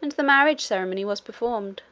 and the marriage ceremony was performed.